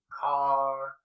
car